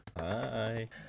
Hi